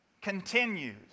continues